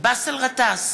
באסל גטאס,